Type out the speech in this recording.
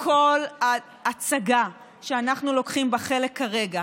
כל ההצגה שאנחנו לוקחים בה חלק כרגע,